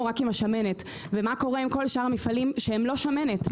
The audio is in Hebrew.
רק עם השמנת ומה קורה עם כל המפעלים שהם לא שמנת?